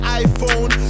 iPhone